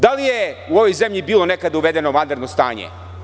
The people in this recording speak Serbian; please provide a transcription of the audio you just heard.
Da li je u ovoj zemlji bilo nekada uvedeno vanredno stanje?